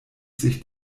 sich